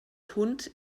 hund